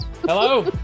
Hello